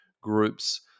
groups